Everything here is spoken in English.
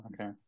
okay